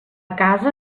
casa